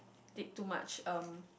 dig too much um